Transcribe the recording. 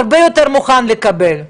הרבה יותר מוכן לקבל,